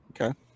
Okay